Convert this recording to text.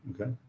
Okay